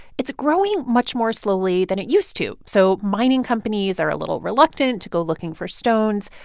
it's growing much more slowly than it used to. so mining companies are a little reluctant to go looking for stones,